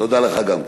תודה לך גם כן.